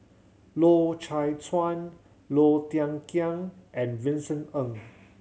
Loy Chye Chuan Low Thia Khiang and Vincent Ng